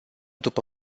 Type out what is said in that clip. după